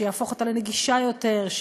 שיהפוך אותה לנגישה יותר,